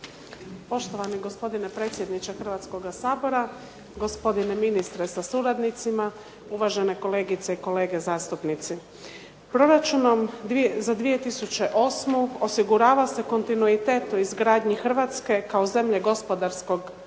Poštovani gospodine predsjedniče Hrvatskoga sabora, gospodine ministre sa suradnicima, uvažene kolegice i kolege zastupnici. Proračunom za 2008. osigurava se kontinuitet u izgradnji Hrvatske kao zemlje gospodarskog razvoja